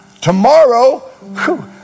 Tomorrow